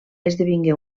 esdevingué